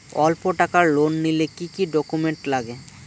অল্প টাকার লোন নিলে কি কি ডকুমেন্ট লাগে?